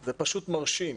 זה פשוט מרשים.